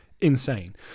insane